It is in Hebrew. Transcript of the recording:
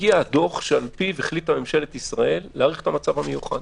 ועל פיהם החליטה ממשלת ישראל להאריך את המצב המיוחד.